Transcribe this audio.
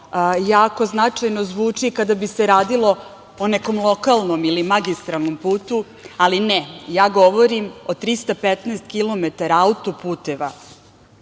jako značajno zvuči kada bi se radilo o nekom lokalnom i magistralnom putu, ali ne. Ja govorim o 315 kilometara autoputeva